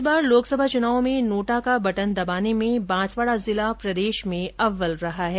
इस बार लोकसभा चुनावों में नोटा का बटन दबाने में बांसवाड़ा जिला प्रदेश में अव्वल रहा है